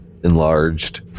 Enlarged